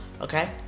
Okay